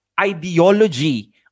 ideology